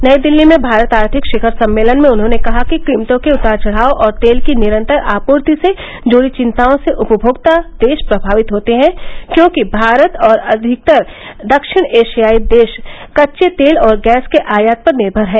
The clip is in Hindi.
नई दिल्ली में भारत आर्थिक शिखर सम्मेलन में उन्होंने कहा कि कीमतों के उतार चढ़ाव और तेल की निरंतर आपूर्ति से जुड़ी चिंताओं से उपमोक्ता देश प्रमावित होते हैं क्योंकि भारत और अविकतर दक्षिण एशियाई देश कच्चे तेल और गैस के आयात पर निर्मर हैं